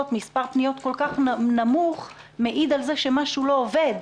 מספר פניות כל כך נמוך מעיד על זה שמשהו לא עובד,